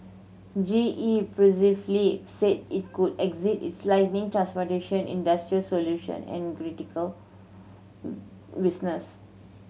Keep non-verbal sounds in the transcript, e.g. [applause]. G E previously said it could exit its lighting transportation industrial solution and critical [unintelligible]